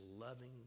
loving